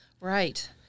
Right